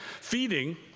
feeding